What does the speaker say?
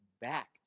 back